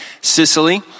Sicily